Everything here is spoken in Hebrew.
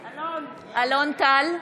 טל,